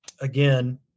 again